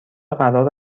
قرار